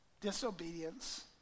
Disobedience